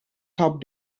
topped